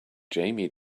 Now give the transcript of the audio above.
jamie